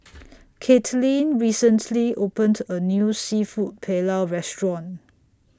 Caitlyn recently opened A New Seafood Paella Restaurant